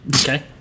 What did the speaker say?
Okay